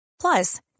Plus